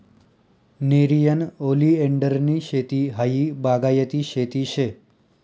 नेरियन ओलीएंडरनी शेती हायी बागायती शेती शे